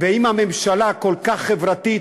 ואם הממשלה כל כך חברתית,